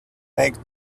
make